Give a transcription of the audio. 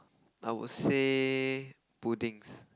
I would say puddings